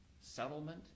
settlement